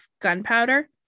gunpowder